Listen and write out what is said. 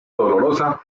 dolorosa